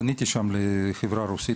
פניתי שם לחברה רוסית,